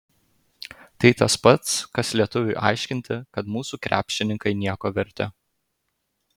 tai tas pats kas lietuviui aiškinti kad mūsų krepšininkai nieko verti